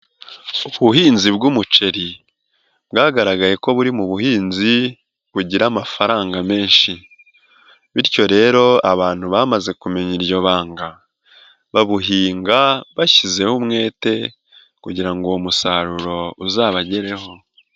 Ubuhinzi bw'umuceri bwagaragaye ko buri mu buhinzi bugira amafaranga menshi bityo rero abantu bamaze kumenya iryo banga, babuhinga bashyizeho umwete kugira ngo uwo musaruro uzabagereho.